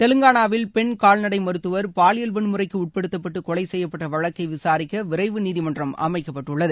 தெவங்கானாவில் பெண் கால்நடை மருத்துவர் பாலியல் வன்முறைக்கு உட்படுத்தப்பட்டு கொலை செய்யப்பட்ட வழக்கை விசாரிக்க விரைவு நீதிமன்றம் அமைக்கப்பட்டுள்ளது